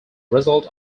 result